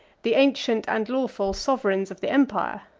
the ancient and lawful sovereigns of the empire.